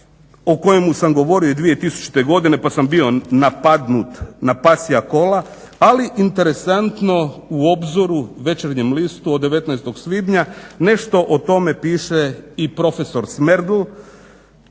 o kojemu sam govorio i 2000. godine pa sam bio napadnut na pasja kola, ali interesantno u Obzoru - Večernjem listu od 19. svibnja nešto o tome piše i prof. Smerdel,